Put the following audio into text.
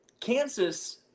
Kansas